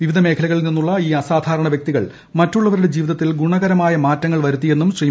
വിവിധ മേഖലകളിൽ നിന്നുള്ള ഈ അസാധാരണ വ്യക്തികൾ മറ്റുള്ളവരുടെ ജീവിതത്തിൽ ഗ്ദൂണകരമായ മാറ്റങ്ങൾ വരുത്തിയെന്നും ശ്രീ